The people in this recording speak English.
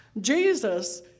Jesus